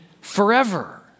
forever